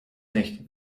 nicht